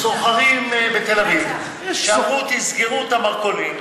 סוחרים בתל אביב שאמרו: תסגרו את המרכולים,